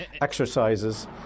exercises